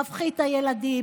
מפחיד את הילדים.